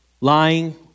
lying